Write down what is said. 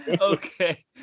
Okay